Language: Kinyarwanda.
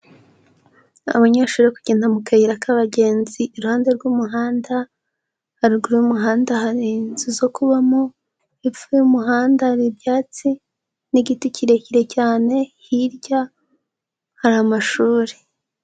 Abanyeshuri kugenda mu kayira k'abagenzi iruhande rw'umuhanda, haruguru y'umuhanda hari inzu zo kubamo, hepfo y'umuhanda hari ibyatsi, n'igiti kirekire cyane, hirya hari amashuri.